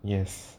yes